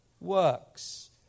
works